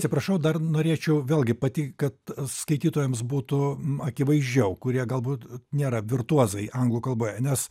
atsiprašau dar norėčiau vėlgi pati kad skaitytojams būtų akivaizdžiau kurie galbūt nėra virtuozai anglų kalboje nes